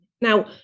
Now